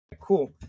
Cool